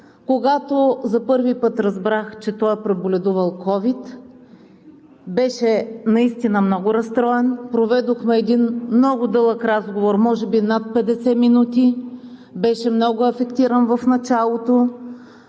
Когато за първи път разбрах, че той е преболедувал ковид – беше наистина много разстроен. Проведохме един много дълъг разговор, може би над 50 минути, беше много афектиран в началото